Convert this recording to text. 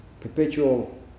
perpetual